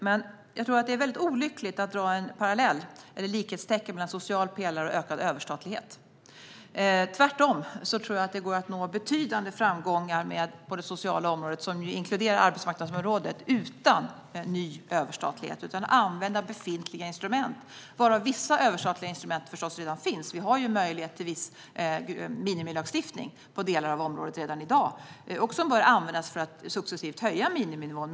Jag tror dock att det är olyckligt att sätta likhetstecken mellan social pelare och ökad överstatlighet. Tvärtom tror jag att det går att nå betydande framgångar på det sociala området, som ju inkluderar arbetsmarknadsområdet, utan ny överstatlighet. Man kan använda befintliga instrument. Vissa överstatliga instrument finns förstås redan - vi har ju möjlighet till viss minimilagstiftning på delar av området redan i dag - och de bör användas för att successivt höja miniminivån.